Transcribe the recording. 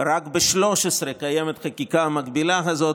רק ב-13 קיימת החקיקה המגבילה הזאת,